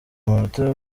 amanota